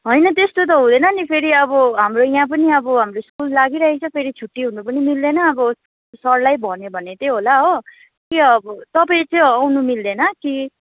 होइन त्यस्तो त हुँदैन नि फेरि अब हाम्रो यहाँ पनि अब हाम्रो स्कुल लागिराखेको छ फेरि छुट्टी हुनु पनि मिल्दैन अब सरलाई भन्यो भने चाहिँ होला हो के अब तपाईँ चाहिँ आउनु मिल्दैन कि